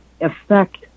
effect